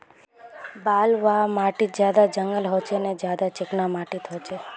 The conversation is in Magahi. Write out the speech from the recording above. बलवाह माटित ज्यादा जंगल होचे ने ज्यादा चिकना माटित होचए?